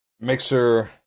mixer